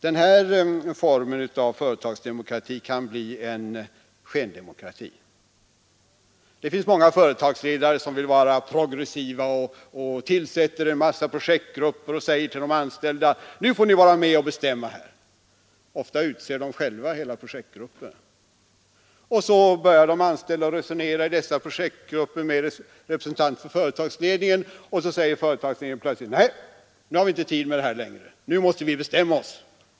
Den här formen av företagsdemokrati kan bli en skendemokrati. Det finns många företagsledare som vill vara progressiva och tillsätter en massa projektgrupper och säger till de anställda: Nu får ni vara med och bestämma här. Ofta utser de själva hela projektgruppen. Så börjar de anställda att resonera i dessa projektgrupper med någon representant för företagsledningen, och så säger företagsledningen plötsligt: Nej, nu har vi inte tid med det här längre, nu måste vi bestämma oss.